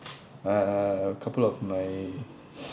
uh a couple of my